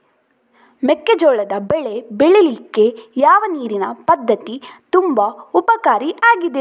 ಮೆಕ್ಕೆಜೋಳದ ಬೆಳೆ ಬೆಳೀಲಿಕ್ಕೆ ಯಾವ ನೀರಿನ ಪದ್ಧತಿ ತುಂಬಾ ಉಪಕಾರಿ ಆಗಿದೆ?